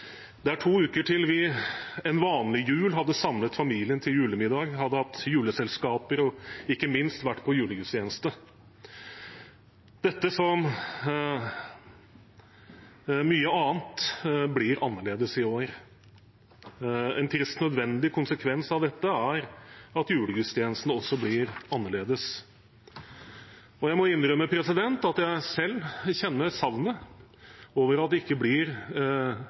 Det er to uker til vi en vanlig jul hadde samlet familien til julemiddag, hatt juleselskaper og ikke minst vært på julegudstjeneste. Dette, som så mye annet, blir annerledes i år. En trist nødvendig konsekvens av dette er at julegudstjenestene også blir annerledes. Jeg må innrømme at jeg selv kjenner savnet over at det ikke blir